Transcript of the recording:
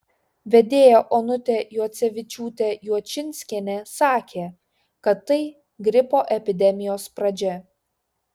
vedėja onutė juocevičiūtė juočinskienė sakė kad tai gripo epidemijos pradžia